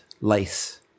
lice